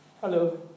Hello